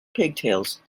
pigtails